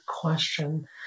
question